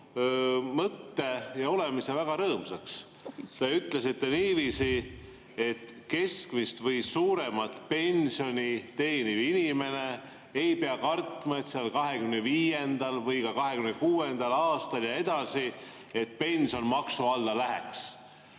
mõtte ja olemise väga rõõmsaks. Te ütlesite niiviisi, et keskmist või suuremat pensioni saav inimene ei pea kartma, et 2025. või ka 2026. aastal ja edasi pension maksu alla läheb.